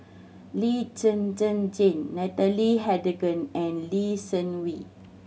Lee Zhen Zhen Jane Natalie Hennedige and Lee Seng Wee